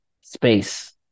space